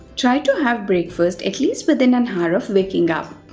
try to have breakfast at least within an hour of waking up.